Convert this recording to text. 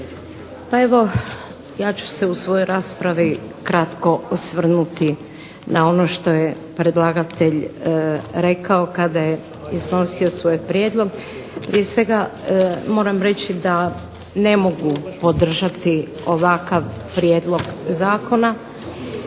Pa evo ja ću se u svojoj raspravi kratko osvrnuti na ono što je predlagatelj rekao kada je iznosio svoj prijedlog. Prije svega moram reći da ne mogu podržati ovakav prijedlog zakona